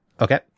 okay